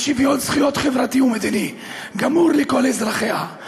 על שוויון זכויות וחברתי ומדיני גמור לכל אזרחיה,